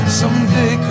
someday